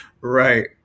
Right